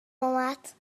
اومد